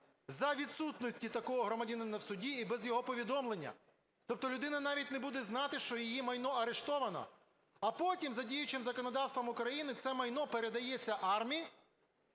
за відсутності такого громадянина в суді і без його повідомлення. Тобто людина навіть не буде знати, що її майно арештовано. А потім за діючим законодавством України це майно передається АРМІ,